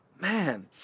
Man